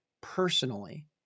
personally